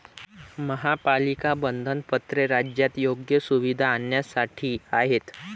महापालिका बंधपत्रे राज्यात योग्य सुविधा आणण्यासाठी आहेत